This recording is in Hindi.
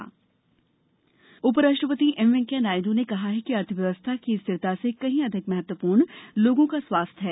उपराष्ट्रपति लॉकडाउन उपराष्ट्रपति एम वेंकैया नायडू ने कहा है कि अर्थव्यवस्था की स्थिरता से कहीं अधिक महत्वपूर्ण लोगों का स्वास्थ्य है